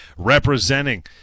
representing